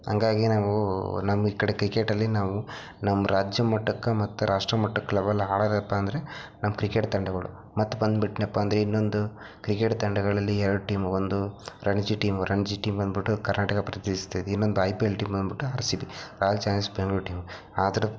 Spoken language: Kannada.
ಹಾಗಾಗಿ ನಾವು ನಮ್ಮ ಈ ಕಡೆ ಕ್ರಿಕೆಟಲ್ಲಿ ನಾವು ನಮ್ಮ ರಾಜ್ಯ ಮಟ್ಟಕ್ಕೆ ಮತ್ತ ರಾಷ್ಟ್ರ ಮಟ್ಟಕ್ಕೆ ಲೆವೆಲ್ ಆಡದಪ್ಪ ಅಂದರೆ ನಮ್ಮ ಕ್ರಿಕೆಟ್ ತಂಡಗಳು ಮತ್ತು ಬಂದುಬಿಟ್ನಪ್ಪಂದ್ರೆ ಇನ್ನೊಂದು ಕ್ರಿಕೆಟ್ ತಂಡಗಳಲ್ಲಿ ಎರಡು ಟೀಮ್ ಒಂದು ರಣಜಿ ಟೀಮು ರಣಜಿ ಟೀಮ್ ಬಂದುಬಿಟ್ಟು ಕರ್ನಾಟಕ ಪ್ರತಿನಿಧಿಸ್ತಿದೆ ಇನ್ನೊಂದು ಐ ಪಿ ಎಲ್ ಟೀಮ್ ಬಂದುಬಿಟ್ಟು R C B royal challengers Bengaluru team ಆದ್ರೂ